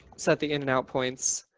set the in and out points